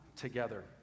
together